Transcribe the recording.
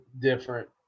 different